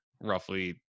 roughly